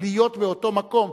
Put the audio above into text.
להיות באותו מקום.